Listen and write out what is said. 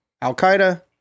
al-Qaeda